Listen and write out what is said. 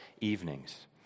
evenings